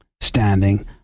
standing